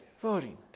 voting